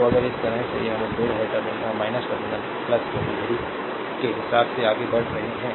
तो अगर इस तरह से यह मुठभेड़ है टर्मिनल क्योंकि घड़ी के हिसाब से आगे बढ़ रहे हैं